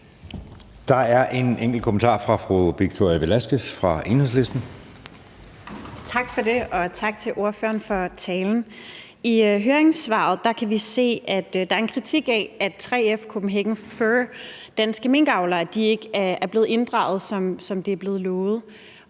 Der er en enkelt kommentar fra fru Victoria Velasquez fra Enhedslisten. Kl. 14:55 Victoria Velasquez (EL): Tak for det, og tak til ordføreren for talen. I høringssvaret kan vi se, at der er en kritik af, at 3F, Kopenhagen Fur og Danske Minkavlere ikke er blevet inddraget, som de er blevet lovet,